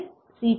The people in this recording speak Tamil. S C